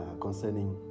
concerning